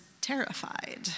terrified